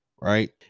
right